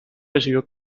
recibió